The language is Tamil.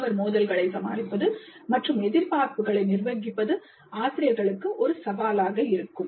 மாணவர் மோதல்களை சமாளிப்பது மற்றும் எதிர்பார்ப்புகளை நிர்வகிப்பது ஆசிரியர்களுக்கு ஒரு சவாலாக இருக்கும்